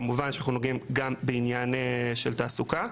כמובן שאנחנו נוגעים גם בעניין של תעסוקה.